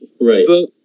Right